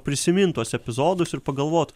prisimint tuos epizodus ir pagalvot